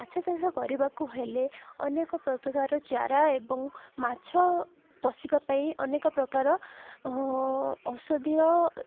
ମାଛ ଚାଷ କରିବାକୁ ହେଲେ ଅନେକ ପ୍ରକାର ଚାରା ଏବଂ ମାଛ ପୋଷିବା ପାଇଁ ଅନେକ ପ୍ରକାର ଔଷଧୀୟ